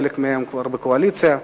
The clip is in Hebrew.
חלק מהם כבר בקואליציה,